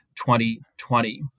2020